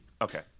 Okay